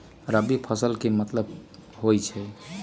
रबी फसल के की मतलब होई छई?